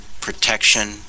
protection